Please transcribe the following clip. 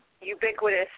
ubiquitous